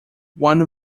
one